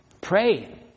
pray